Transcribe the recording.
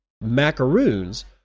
Macaroons